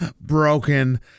broken